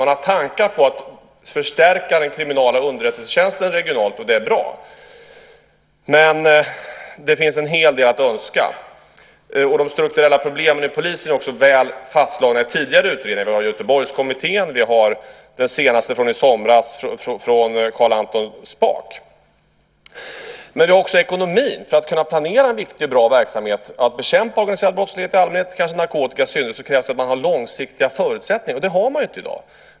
Man har tankar på att förstärka kriminalunderrättelsetjänsten regionalt, och det är bra, men det finns en hel del att önska. De strukturella problemen i polisen är väl fastslagna i tidigare utredningar. Vi har Göteborgskommittén. Vi har den senaste från i somras, av Carl-Anton Spak. Men vi har också ekonomin. För att kunna planera en viktig och bra verksamhet och bekämpa organiserad brottslighet i allmänhet och kanske narkotika i synnerhet krävs det att man har långsiktiga förutsättningar, och det har man inte i dag.